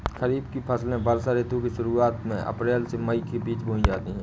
खरीफ की फसलें वर्षा ऋतु की शुरुआत में अप्रैल से मई के बीच बोई जाती हैं